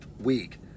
week